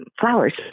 flowers